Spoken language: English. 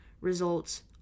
results